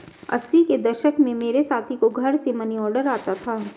अस्सी के दशक में मेरे साथी को घर से मनीऑर्डर आता था